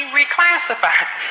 reclassified